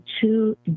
two